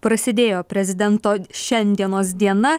prasidėjo prezidento šiandienos diena